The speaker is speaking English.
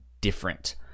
different